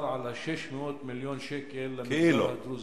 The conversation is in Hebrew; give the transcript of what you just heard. על 600 מיליון שקלים תוכנית למגזר הדרוזי.